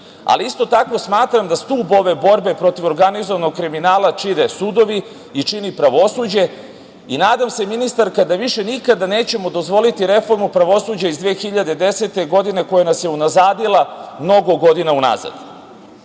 Ali, isto tako smatram da stub ove borbe protiv organizovanog kriminala čine sudovi i čini pravosuđe i nadam se, ministarka, da više nikada nećemo dozvoliti reformu pravosuđa iz 2010. godine koja nas je unazadila mnogo godina unazad. Ne